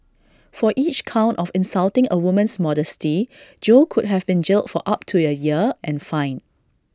for each count of insulting A woman's modesty Jo could have been jailed for up to A year and fined